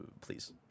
please